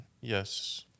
Yes